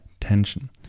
tension